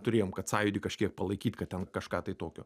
turėjom kad sąjūdį kažkiek palaikyt kad ten kažką tai tokio